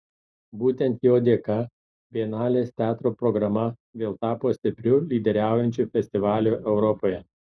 būtent jo dėka bienalės teatro programa vėl tapo stipriu lyderiaujančiu festivaliu europoje